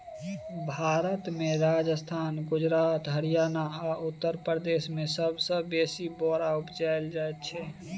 भारत मे राजस्थान, गुजरात, हरियाणा आ उत्तर प्रदेश मे सबसँ बेसी बोरा उपजाएल जाइ छै